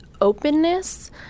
openness